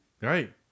Right